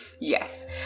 Yes